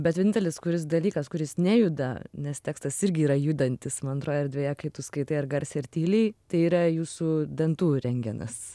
bet vienintelis kuris dalykas kuris nejuda nes tekstas irgi yra judantis man atrodo erdvėje kai tu skaitai ar garsiai ar tyliai tai yra jūsų dantų rentgenas